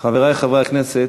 חברי חברי הכנסת,